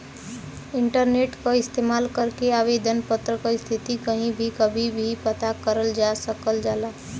internet क इस्तेमाल करके आवेदन पत्र क स्थिति कहीं भी कभी भी पता करल जा सकल जाला